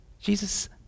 Jesus